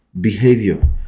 Behavior